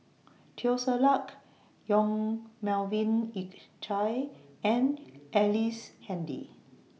Teo Ser Luck Yong Melvin Yik Chye and Ellice Handy